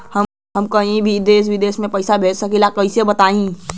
हम कहीं भी देश विदेश में पैसा भेज सकीला कईसे बताई?